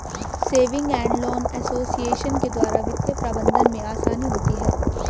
saving and loan association के द्वारा वित्तीय प्रबंधन में आसानी होती है